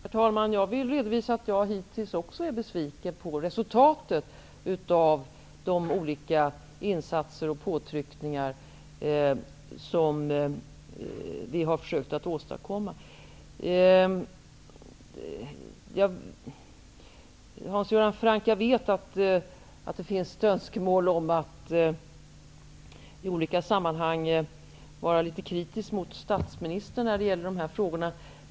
Herr talman! Jag vill redovisa att också jag hittills är besviken på resultaten av de olika insatser och påtryckningar som vi har försökt att åstadkomma. Hans Göran Franck, jag vet att det finns önskemål om att i olika sammanhang vara litet kritisk mot statsministern när det gäller dessa frågor.